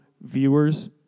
viewers